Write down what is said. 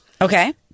Okay